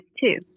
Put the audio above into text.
two